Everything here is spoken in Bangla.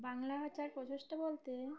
বাংলা ভাষার প্রচেষ্টা বলতে